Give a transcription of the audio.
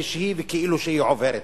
וכאילו היא עוברת,